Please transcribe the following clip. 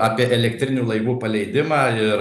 apie elektrinių laivų paleidimą ir